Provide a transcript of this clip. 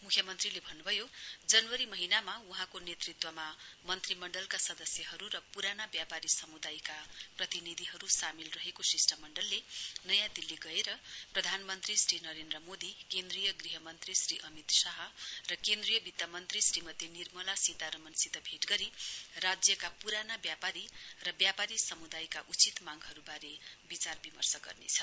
मुख्यमन्त्रीले भन्नुभयो जनवरी महीनामा वहाँको नेतृत्वमा मन्त्रीमण्डलका सदस्यहरु र पुराना व्यापारी समुदायका प्रतिनिधिहरु सामेल रहेको शिष्टमण्डलले नयाँ दिल्ली गएर प्रधानमन्त्री श्री नरेन्द्र मोदी केन्द्रीय गृह मन्त्री श्री अमित शाह र केन्द्रीय वित्त मन्त्री श्रीमती निर्मला सीतारमनसित भेट गरी राज्यका पुराना बासिन्दा र व्यापारी समुदायका उचित मांगहरुवारे विचार विर्मश गर्नेछ